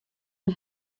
mei